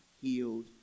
healed